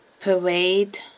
pervade